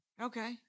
Okay